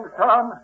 son